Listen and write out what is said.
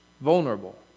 vulnerable